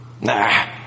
Nah